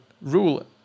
rule